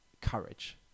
courage